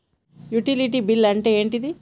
Utility bill అంటే ఏంటిది?